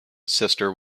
sister